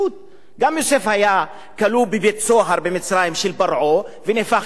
גם יוסף היה כלוא בבית-סוהר במצרים של פרעה ונהפך למושל,